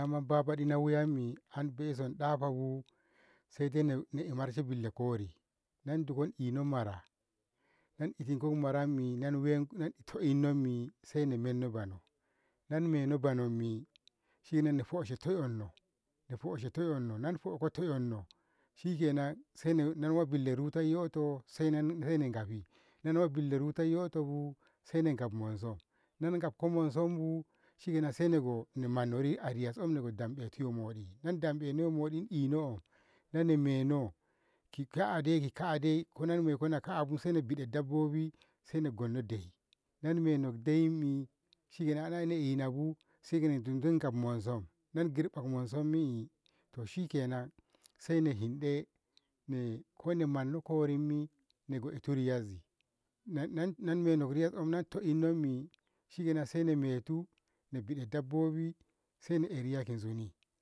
babaɗi bawuyammi saidai in'eh marshe billa kori na indiko ino mara inmeno into'inommi sai inmetu bano na inmeno banommi sai inhoshe to'enno shikenan, na inhoshe to'enno saina wa billa rutayyoto sai ingafi na inwa billa rutayyotobu saina gaf monsum, na ingamko monsum bu shikenan saina go manluri ariya saimu eh ruta na damɓeno ehno meno ki ka'a dai ki ka'a dai na maiko nakaabu saina biɗe dabbobi saina gonno de'i, na inmeno ki de'immi shikenan saina ina 'yabu sai gaf monsum na inkirba monsummi to shikenan saina hinɗe ne konni mano korimmi nako ito riyazzi inmeno into ennommi shikenan sai in metu inbiɗe dabbobi sai in eh riyaki zuni.